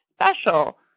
special